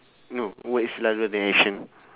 no word is louder than action